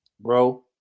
Bro